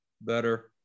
Better